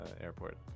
airport